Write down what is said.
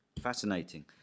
fascinating